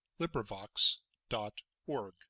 LibriVox.org